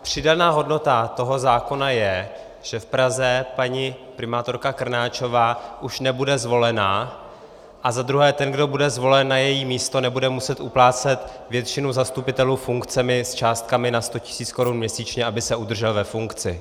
Přidaná hodnota toho zákona je, že v Praze paní primátorka Krnáčová už nebude zvolena, a za druhé ten, kdo bude zvolen na její místo, nebude muset uplácet většinu zastupitelů funkcemi s částkami nad sto tisíc korun měsíčně, aby se udržel ve funkci.